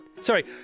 Sorry